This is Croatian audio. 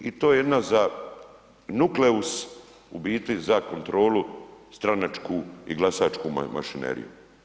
I to je jedna za, nukleus u biti za kontrolu stranačku i glasačku mašineriju.